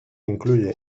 incluye